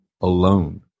alone